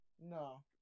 No